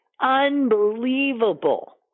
unbelievable